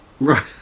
Right